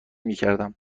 میکردم